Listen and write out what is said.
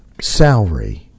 salary